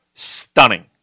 stunning